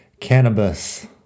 cannabis